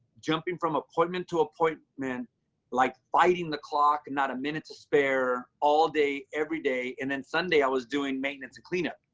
jumping from appointment to appointment, like fighting the clock. not a minute to spare all day, every day. and then sunday i was doing maintenance clean up,